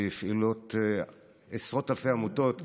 בפעילות עשרות אלפי עמותות שעוסקות,